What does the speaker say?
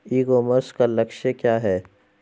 ई commerce का लक्ष्य क्या है?